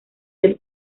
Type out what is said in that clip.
del